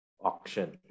auction